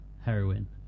heroin